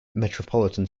metropolitan